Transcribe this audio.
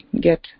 get